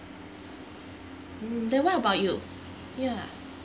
mm then what about you ya